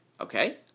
okay